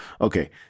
okay